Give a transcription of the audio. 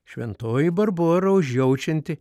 šventoji barbora užjaučianti